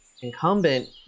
incumbent